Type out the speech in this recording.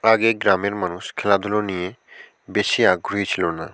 আগে গ্রামের মানুষ খেলাধুলো নিয়ে বেশি আগ্রহী ছিলো না